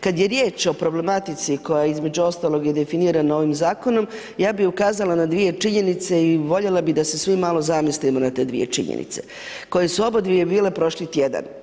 Kada je riječ o problematici koja između ostalog je definirana ovim zakonom, ja bi ukazala na dvije činjenice i voljela bih da se svi malo zamislimo na te dvije činjenice koje su obadvije bile prošli tjedan.